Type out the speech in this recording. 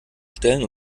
stellen